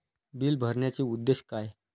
Bill भरण्याचे उद्देश काय?